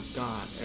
god